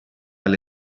alle